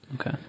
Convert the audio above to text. Okay